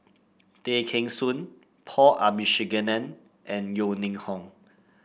Tay Kheng Soon Paul Abisheganaden and Yeo Ning Hong